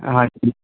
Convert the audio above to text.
ਹਾਂਜੀ